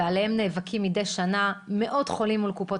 ועליהן נאבקים מדי שנה מאות חולים מול קופות